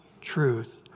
truth